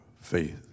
faith